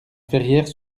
ferrières